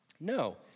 No